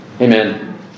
Amen